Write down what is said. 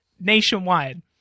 Nationwide